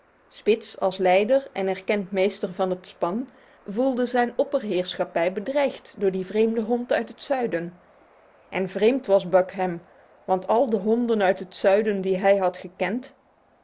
spitz als leider en erkend meester van het span voelde zijn opperheerschappij bedreigd door die vreemde hond uit het zuiden en vreemd was buck hem want al de honden uit het zuiden die hij had gekend